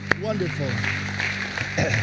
wonderful